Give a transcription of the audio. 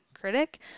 Critic